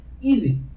Easy